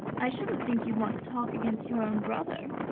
i shouldn't think you'd want to talk against your own brother!